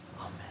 Amen